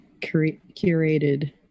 curated